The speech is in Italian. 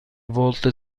volte